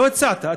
לא הצעת,